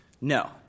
No